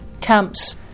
camps